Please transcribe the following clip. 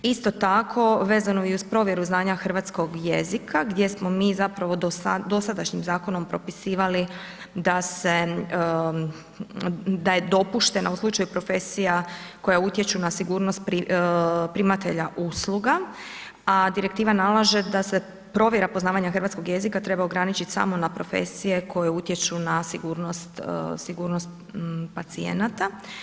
Isto tako vezno i uz provjeru znanja hrvatskog jezika gdje smo mi zapravo dosadašnjim zakonom propisivali da se, da je dopuštena u slučaju profesija koja utječu na sigurnost primatelja usluga, a direktiva nalaže da se provjera poznavanja hrvatskog jezika treba ograničit samo na profesije koje utječu na sigurnost, sigurnost pacijenata.